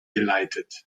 geleitet